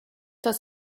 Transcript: das